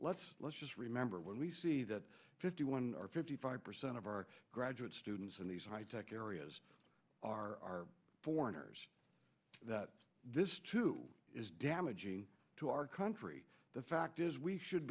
let's let's just remember when we see that fifty one or fifty five percent of our graduate students in these high tech areas are foreigners that this too is damaging to our country the fact is we should